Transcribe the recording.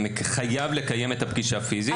והוא חייב לקיים פגישה פיזית.